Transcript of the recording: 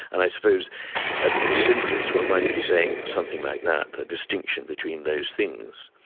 and i suppose at its simplest one might be saying something like that, the distinction between those things.